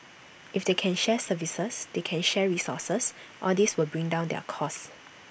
if they can share services they can share resources all these will bring down their cost